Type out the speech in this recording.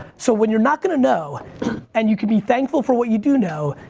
so when you're not gonna know and you can be thankful for what you do know,